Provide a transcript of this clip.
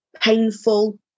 painful